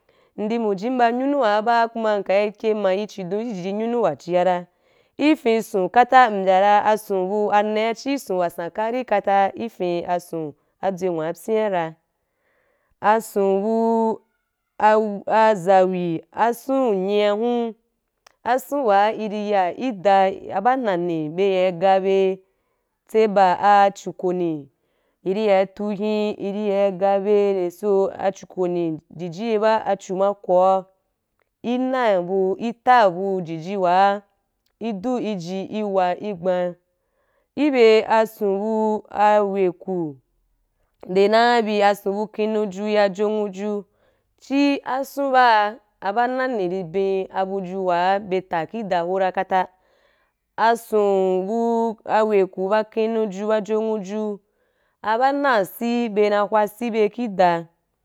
Ndi muji ba anyunu ba kuma ndi ke ma yi chidon i jiji anyunua wa chi kara i fen ason kata mbya dan ra ason bu anea chi ason wa san kari kata ki fen ason abu atswei ngwa abyia ra ason bu a zawi ason nyin hun ason wa i ri ya ki da ba nani be ya i ga bye tsa ba a chukone i ri ya tu ahin i ri ga bye nde so a chukone jiji ye ba a a chu ma koa i nabu, i labu ji ji wa i du, i ji, i wa i gban i be ason bu a weku nde na bi ason bu kenuju ya jonwoju chi ason ba a ba nani wa ba nani ki ben abuju wa be ta ki da hora kata ason bu aweku ba kenuju ba jonwuju ba na asii be na hwa asii be ki da.